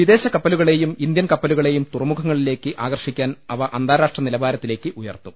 വിദേശ കപ്പലുകളെയും ഇന്ത്യൻ കപ്പ ലുകളെയും തുറമുഖങ്ങളിലേക്ക് ആകർഷിക്കാൻ അവ അന്താരാഷ്ട്ര നില്വാരത്തിലേക്ക് ഉയർത്തും